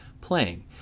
playing